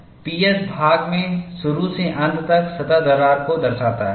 P S भाग में शुरू से अंत तक सतह दरार को दर्शाता है